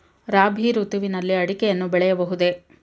ರಾಬಿ ಋತುವಿನಲ್ಲಿ ಅಡಿಕೆಯನ್ನು ಬೆಳೆಯಬಹುದೇ?